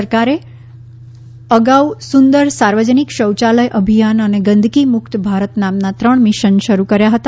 કેન્દ્ર સરકારે અગાઉ સુંદર સાર્વજનિક શૌચાલય અભિયાન અને ગંદકી મુક્ત ભારત નામના ત્રણ મિશન શરૂ કર્યા હતા